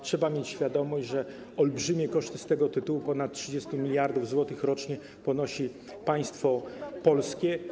Trzeba mieć świadomość, że olbrzymie koszty z tego tytułu, ponad 30 mld zł rocznie, ponosi państwo polskie.